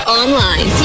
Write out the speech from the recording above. online